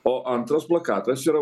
o antras plakatas yra